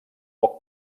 poc